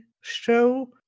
show